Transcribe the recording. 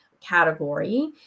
category